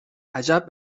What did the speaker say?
عجب